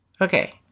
Okay